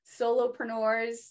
solopreneurs